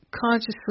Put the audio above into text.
consciously